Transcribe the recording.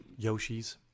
yoshis